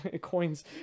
coins